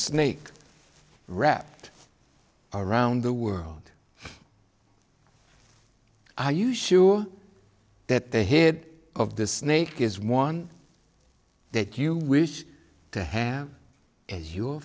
snake wrapped around the world are you sure that the head of the snake is one that you wish to have is your